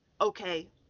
okay